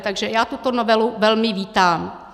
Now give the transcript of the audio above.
Takže já tuto novelu velmi vítám.